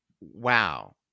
Wow